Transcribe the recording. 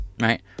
Right